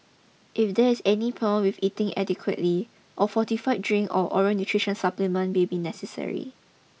if there is any problem with eating adequately a fortified drink or oral nutrition supplement may be necessary